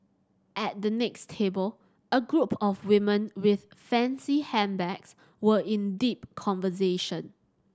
at the next table a group of women with fancy handbags were in deep conversation